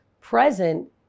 present